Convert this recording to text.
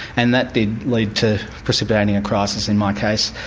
and that did lead to precipitating a crisis, in my case.